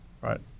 right